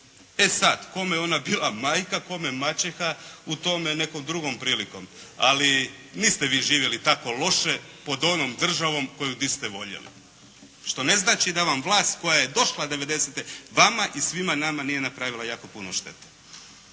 E sada kome je ona bila majka, kome maćeha o tome nekom drugom prilikom. Ali niste vi živjeli tako loše pod onom državom koju niste voljeli što ne znači da vam vlast koja je došla 90-te, vama i svima nama nije napravila jako puno štete.